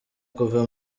kuva